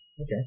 Okay